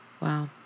Wow